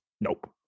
nope